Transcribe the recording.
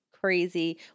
crazy